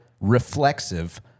reflexive